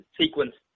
sequence